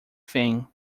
thing